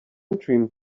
dream